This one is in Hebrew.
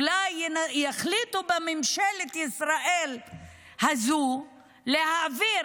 אולי יחליטו בממשלת ישראל הזו להעביר